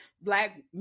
Black